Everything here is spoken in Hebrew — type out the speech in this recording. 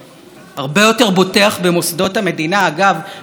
בכל משאל העם בוטח בבית המשפט העליון הרבה יותר,